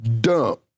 dump